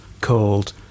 called